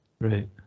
right